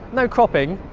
no cropping